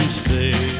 stay